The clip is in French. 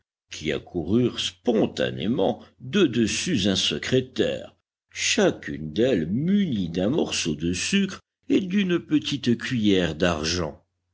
qui accoururent spontanément de dessus un secrétaire chacune d'elles munie d'un morceau de sucre et d'une petite cuiller d'argent